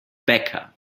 becca